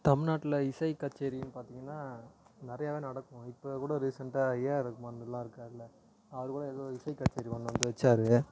தமிழ்நாட்டில் இசை கச்சேரின்னு பார்த்திங்கன்னா நிறையாவே நடக்கும் இப்போது கூட ரீசண்ட்டாக ஏஆர் ரகுமான்லாம் இருக்காருல்ல அவருகூட ஏதோ இசை கச்சேரி ஒன்று வந்து வச்சார்